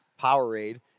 Powerade